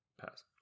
Pass